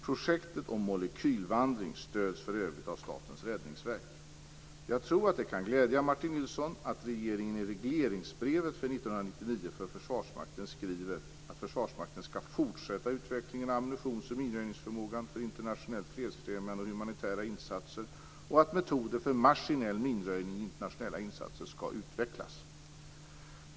Projektet om molekylvandring stöds för övrigt av Jag tror det kan glädja Martin Nilsson att regeringen i regleringsbrevet för 1999 för Försvarsmakten skriver att Försvarsmakten skall fortsätta utvecklingen av ammunitions och minröjningsförmågan för internationella fredsfrämjande och humanitära insatser, och att metoder för maskinell minröjning i internationella insatser skall utvecklas.